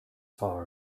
bar